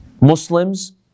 Muslims